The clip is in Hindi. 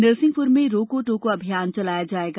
नरसिंहपुर में रोको टोको अभियान चलाया जायेगा